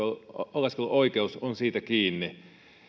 oleskeluoikeus on siitä kiinni